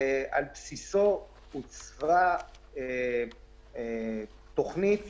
ועל בסיסו עוצבה תכנית,